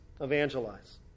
Evangelize